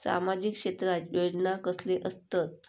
सामाजिक क्षेत्रात योजना कसले असतत?